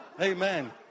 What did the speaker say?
Amen